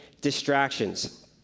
distractions